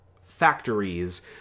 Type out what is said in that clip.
factories